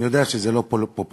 אני יודע שזה לא פופולרי,